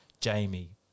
Jamie